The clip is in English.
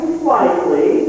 slightly